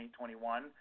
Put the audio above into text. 2021